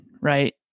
Right